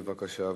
בבקשה,